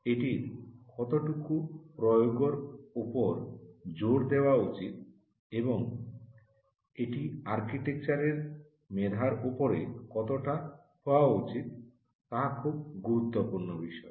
এটির কতটুকু প্রয়োগের উপর জোর দেওয়া উচিত এবং এটি আর্কিটেকচারের মেধার উপরে কতটা হওয়া উচিত তা খুব গুরুত্বপূর্ণ বিষয়